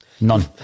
none